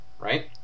right